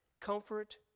comfort